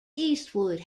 eastwood